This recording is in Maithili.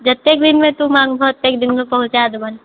जतेक दिनमे तू माँगबहऽ ओतेक दिनमे पहुँचा देबनि